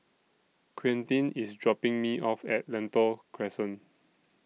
Quintin IS dropping Me off At Lentor Crescent